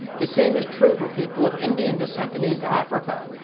the same is true for people of indian descent in east africa.